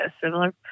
similar